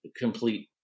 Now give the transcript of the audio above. complete